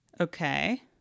Okay